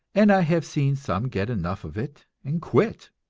and i have seen some get enough of it and quit